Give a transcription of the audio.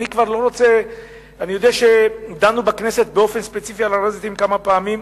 אני יודע שדנו בכנסת באופן ספציפי על הר-הזיתים כמה פעמים,